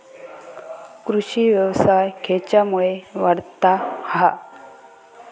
कृषीव्यवसाय खेच्यामुळे वाढता हा?